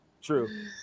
True